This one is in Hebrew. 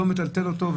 לא מטלטל אותו,